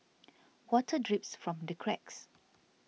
water drips from the cracks